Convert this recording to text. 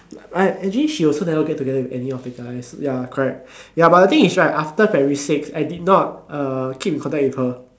but actually she also never get together with any of the guys ya correct ya but the thing is right after primary six I did not uh keep in contact with her